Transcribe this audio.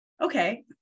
Okay